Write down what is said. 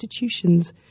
institutions